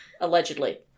Allegedly